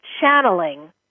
channeling